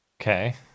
Okay